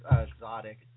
exotic